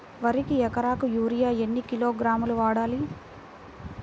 వరికి ఎకరాకు యూరియా ఎన్ని కిలోగ్రాములు వాడాలి?